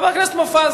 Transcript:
חבר הכנסת מופז,